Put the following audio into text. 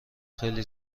خیلی